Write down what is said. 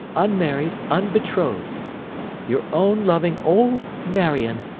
unmarried, unbetrothed your own loving old marion,